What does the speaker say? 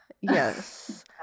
Yes